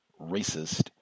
racist